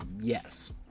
yes